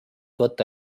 võtta